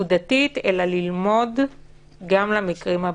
נקודתית אלא ללמוד גם למקרים הבאים.